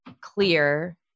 clear